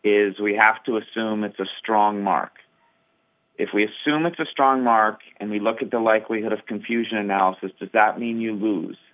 is we have to assume it's a strong mark if we assume it's a strong mark and we look at the likelihood of confusion analysis does that mean you lose